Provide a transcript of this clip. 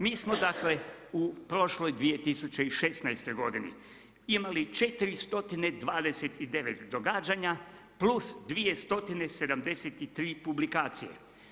Mi smo dakle u prošloj 2016. godini imali 429 događanja plus 273 publikacije.